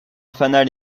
fanal